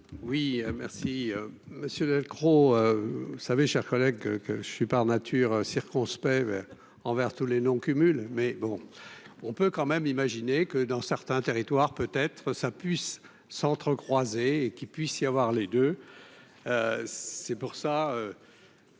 Oui merci monsieur Delcros, vous savez, chers collègues, que je suis par nature circonspect vers envers tous les non-cumul, mais bon, on peut quand même imaginer que, dans certains territoires, peut être ça puisse s'entrecroiser et qu'il puisse y avoir les deux c'est pour ça,